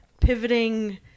pivoting